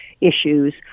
issues